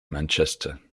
manchester